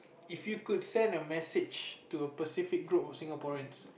if you could send a message to a specific group of Singaporeans